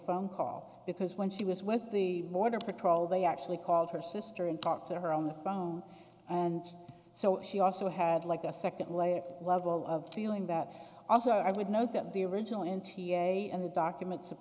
phone call because when she was with the border patrol they actually called her sister and talked to her on the phone and so she also had like a second layer level of feeling that also i would note that the original in t a a in the documents